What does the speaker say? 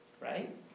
right